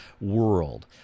world